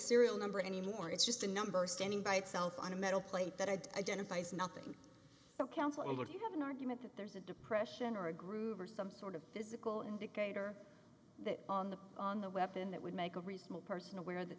serial number anymore it's just a number standing by itself on a metal plate that i'd identify as nothing the counselor do you have an argument that there's a depression or a groove or some sort of physical indicator that on the on the weapon that would make a reasonable person aware that